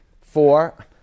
four